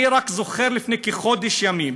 אני רק זוכר שלפני כחודש ימים